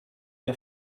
der